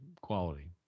quality